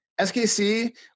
SKC